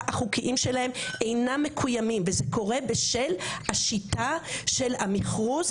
החוקיים שלהם אינם מקוימים וזה קורה בשל השיטה של המכרזים,